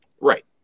Right